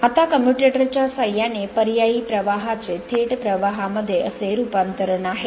आता कम्युटेटर च्या साह्याने पर्यायी प्रवाहाचे थेट प्रवाहा मध्ये असे रूपांतरण आहे